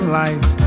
life